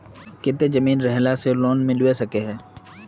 केते जमीन रहला से ऋण मिलबे सके है?